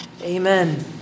amen